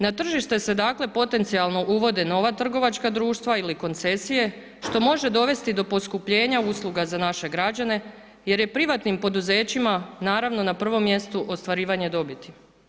Na tržište se dakle potencijalno uvode nova trgovačka društva ili koncesije što može dovesti do poskupljenja usluga za naše građane jer je privatnim poduzećima naravno na prvom mjestu ostvarivanje dobiti.